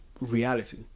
reality